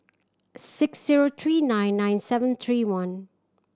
six zero three nine nine seven three one